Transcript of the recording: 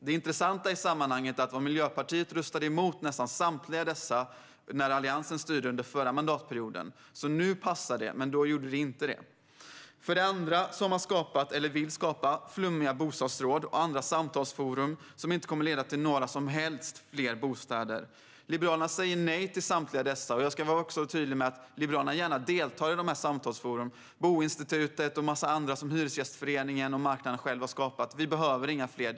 Det intressanta i sammanhanget är att Miljöpartiet röstade emot nästan samtliga när Alliansen styrde under den förra mandatperioden. Nu passar det alltså, men då gjorde det inte det. För det andra har man skapat, eller vill skapa, flummiga bostadsråd och andra samtalsforum som inte kommer att leda till några som helst fler bostäder. Liberalerna säger nej till samtliga dessa. Jag ska också vara tydlig med att Liberalerna gärna deltar i dessa samtalsforum - Boinstitutet och en massa andra som Hyresgästföreningen och marknaden själva har skapat. Vi behöver inga fler.